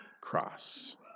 cross